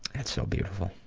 that's so beautiful.